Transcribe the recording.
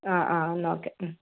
ആ ആ എന്നാൽ ഓക്കേ